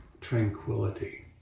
tranquility